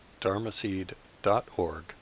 dharmaseed.org